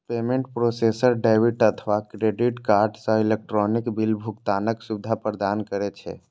payment processor debit अथवा credit card सं electronic bill भुगतानक सुविधा प्रदान करै छै